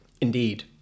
Indeed